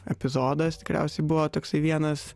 epizodas tikriausiai buvo toksai vienas